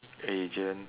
agent